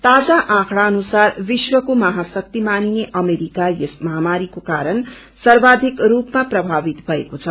ताजाआकँड़ाअनुसारविश्वकोमहाशक्तिमानिनेअमेरिका यस महामारीकोकारणसर्वाधिक रूसमाप्रभावितभएको छ